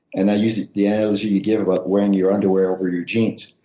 and i use the analogy you give about wearing your underwear over your jeans.